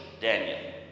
Daniel